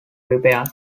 repaired